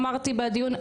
אמרתי בדיון,